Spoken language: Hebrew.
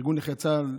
ארגון נכי צה"ל,